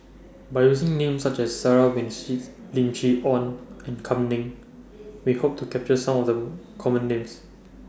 By using Names such as Sarah Winstedt Lim Chee Onn and Kam Ning We Hope to capture Some of The Common Names